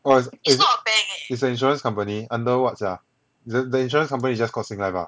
oh is is is a insurance company under what sia the the insurance company is just call sing life ah